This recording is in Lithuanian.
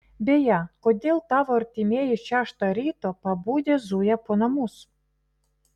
beje kodėl tavo artimieji šeštą ryto pabudę zuja po namus